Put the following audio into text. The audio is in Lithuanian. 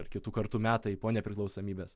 ar kitų kartų metai po nepriklausomybės